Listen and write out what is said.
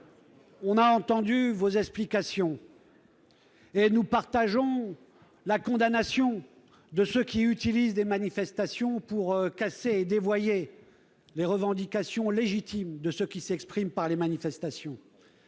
avons entendu vos explications et nous partageons la condamnation de ceux qui utilisent les manifestations pour casser et dévoyer les revendications légitimes de ceux qui s'expriment par ce biais.